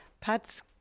Pat's